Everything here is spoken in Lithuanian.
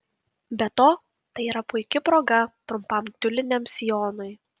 be to tai yra puiki proga trumpam tiuliniam sijonui